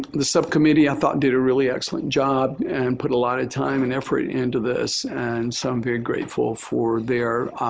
the subcommittee i thought did a really excellent job and put a lot of time and effort into this. and so, i'm very grateful for their